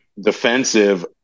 defensive